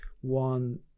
one